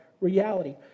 reality